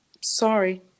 Sorry